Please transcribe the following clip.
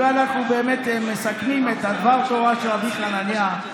אם אנחנו באמת מסכמים את דבר התורה של רבי חנניה,